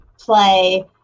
play